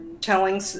telling